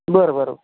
बरं बरं